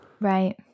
Right